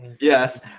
yes